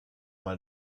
mal